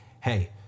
Hey